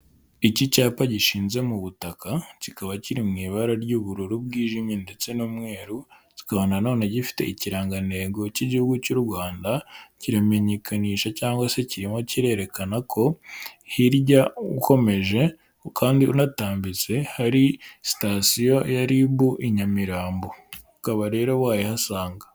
Iki cyapa gishinze mu butaka, kikaba kiri mu ibara ry'ubururu bwijimye ndetse n'umweru, kikaba na none gifite ikirangantego cy'igihugu cy'u Rwanda, kiramenyekanisha cyangwa se kirimo kirerekana ko hirya ukomeje kandi unatambitse hari sitasiyo ya RIB i Nyamirambo, ukaba rero wayahasanga.